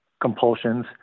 compulsions